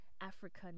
Africa